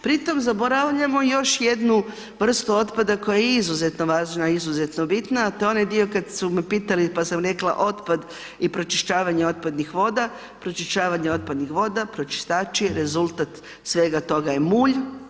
Pri tome zaboravljamo još jednu vrstu otpada koja je izuzetno važna, izuzetno bitna a to je onaj dio kada su me pitali pa sam rekla otpad i pročišćavanje otpadnih voda, pročišćavanje otpadnih voda, pročistači rezultat svega toga je mulj.